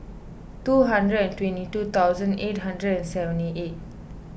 two hundred and twenty two thousand eight hundred and seventy eight